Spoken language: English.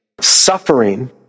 suffering